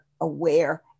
aware